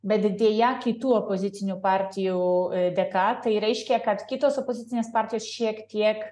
bet deja kitų opozicinių partijų dėka tai reiškia kad kitos opozicinės partijos šiek tiek